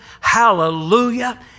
Hallelujah